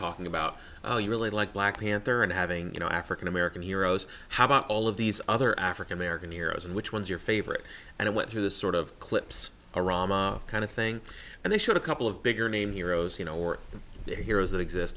talking about you really like black panther and having you know african american heroes how about all of these other african american heroes and which ones you're favorite and i went through the sort of clips a rama kind of thing and they shot a couple of bigger name heroes you know or their heroes that exist